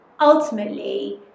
ultimately